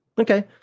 Okay